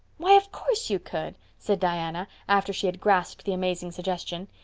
why, of course you could, said diana, after she had grasped the amazing suggestion.